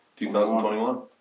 2021